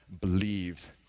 believe